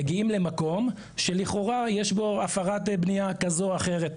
מגיעים למקום שלכאורה יש בו הפרת בנייה כזו או אחרת.